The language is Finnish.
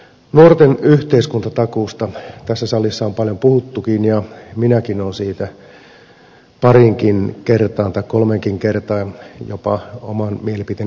nuorten yhteiskuntatakuusta tässä salissa on paljon puhuttukin ja minäkin olen siitä pariinkin kertaan tai kolmeenkin kertaan jopa oman mielipiteeni lausunut